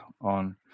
on